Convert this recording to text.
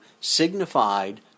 signified